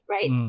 Right